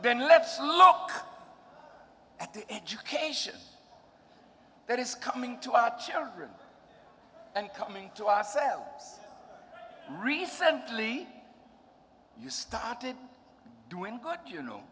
then let's look at the education that is coming to our children and coming to ourselves recently you started doing good you know